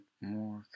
more